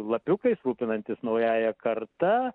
lapiukais rūpinantis naująja karta